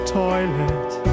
toilet